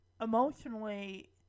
emotionally